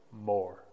more